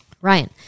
Ryan